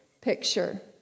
picture